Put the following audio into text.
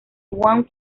wan